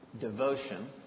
devotion